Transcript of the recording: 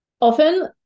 Often